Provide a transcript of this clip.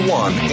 one